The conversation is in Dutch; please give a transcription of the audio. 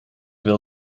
wil